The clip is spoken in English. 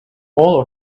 all